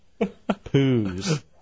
Poos